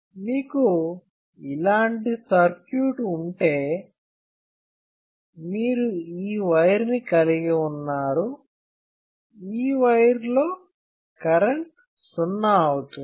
మీకు ఇలాంటి సర్క్యూట్ ఉంటే మీరు ఈ వైర్ని కలిగి ఉన్నారు ఈ వైర్ లో కరెంట్ సున్నా అవుతుంది